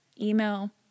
email